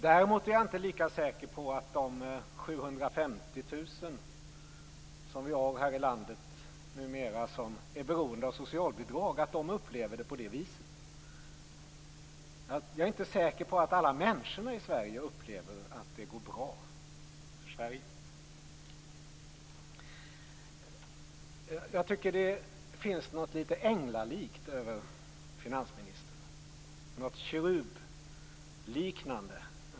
Däremot är jag inte lika säker på att de 750 000 som är beroende av socialbidrag i det här landet upplever det så. Jag är inte säker på att alla människor i Sverige upplever att det går bra för Sverige. Det finns något änglalikt över finansministern - något kerubliknande.